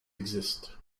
exist